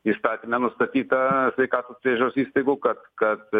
įstatyme nustatyta sveikatos priežiūros įstaigų kad kad